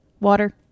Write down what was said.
water